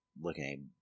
looking